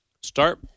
Start